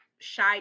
shy